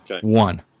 One